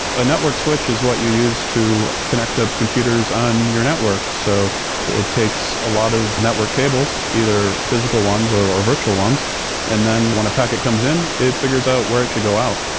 a network switch is what you use to connect up computers on your network. so it takes a lot of network cables, either physical ones or virtual ones and then when a packet comes in, it f igures out where it should go out.